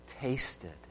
tasted